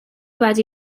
wedi